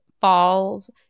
Falls